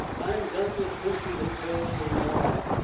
i'm done with country hotels from now on.